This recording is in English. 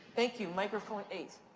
thank you. microphone eight.